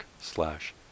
slash